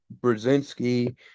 brzezinski